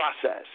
process